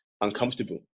uncomfortable